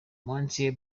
monsieur